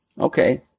Okay